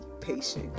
patient